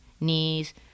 knees